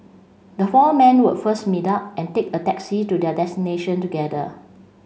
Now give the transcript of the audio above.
the four men would first meet up and take a taxi to their destination together